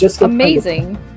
Amazing